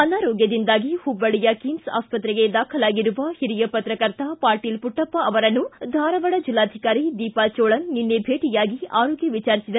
ಅನಾರೋಗ್ಭದಿಂದಾಗಿ ಹುಬ್ಬಳ್ಳಿಯ ಕಿಮ್ಲ್ ಆಸ್ತತ್ರೆಗೆ ದಾಖಲಾಗಿರುವ ಹಿರಿಯ ಪತ್ರಕರ್ತ ಪಾಟೀಲ್ ಪುಟ್ಟಪ್ಪ ಅವರನ್ನು ಧಾರವಾಡ ಜಿಲ್ಲಾಧಿಕಾರಿ ದೀಪಾ ಚೋಳನ್ ನಿನ್ನೆ ಭೇಟಿಯಾಗಿ ಆರೋಗ್ನ ವಿಚಾರಿಸಿದರು